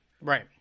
right